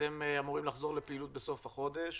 אתם אמורים לחזור לפעילות בסוף החודש,